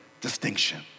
distinction